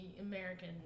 american